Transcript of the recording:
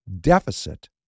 deficit